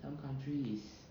some countries is